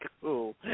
cool